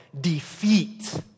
defeat